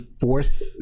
fourth